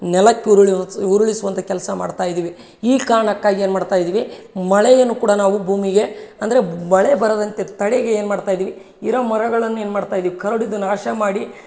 ನೆಲಕ್ಕೆ ಉರುಳಿ ಉರುಳಿಸುವಂಥ ಕೆಲಸ ಮಾಡ್ತಾ ಇದ್ದೀವಿ ಈ ಕಾರಣಕ್ಕಾಗಿ ಏನು ಮಾಡ್ತಾ ಇದ್ದೀವಿ ಮಳೆಯನ್ನು ಕೂಡ ನಾವು ಭೂಮಿಗೆ ಅಂದರೆ ಮಳೆ ಬರದಂತೆ ತಡೆಗೆ ಏನು ಮಾಡ್ತಾ ಇದ್ದೀವಿ ಇರೋ ಮರಗಳನ್ನ ಏನು ಮಾಡ್ತಾ ಇದೀವಿ ಕಡ್ದು ನಾಶ ಮಾಡಿ